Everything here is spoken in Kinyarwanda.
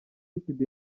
phibi